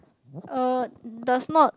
uh does not